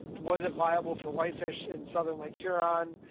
was it viable for whitefish in southern lake huron?